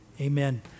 amen